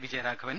Vijayaraghavan